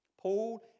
Paul